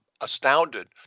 astounded